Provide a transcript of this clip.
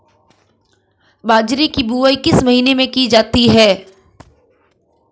बाजरे की बुवाई किस महीने में की जाती है?